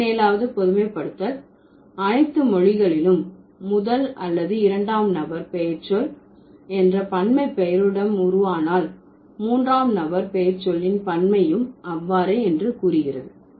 பதினேழாவது பொதுமைப்படுத்தல் அனைத்து மொழிகளிலும் முதல் அல்லது இரண்டாம் நபர் பெயர்ச்சொல் என்ற பன்மை பெயருடன் உருவானால் மூன்றாம் நபர் பெயர்ச்சொல்லின் பன்மையும் அவ்வாறே என்று கூறுகிறது